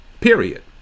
Period